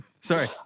Sorry